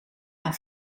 aan